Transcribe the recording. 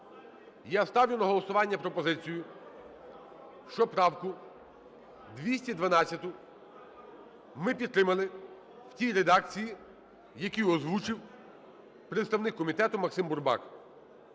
Я ставлю на голосування пропозицію, щоб правку 212 ми підтримали в тій редакції, яку озвучив представник комітету Максим Бурбак.